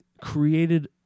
created